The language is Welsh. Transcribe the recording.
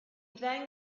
ddeng